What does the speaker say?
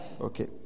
Okay